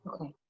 Okay